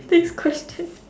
next question